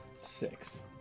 Six